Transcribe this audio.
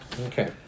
Okay